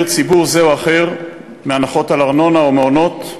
ציבור זה או אחר מהנחות בארנונה או במעונות.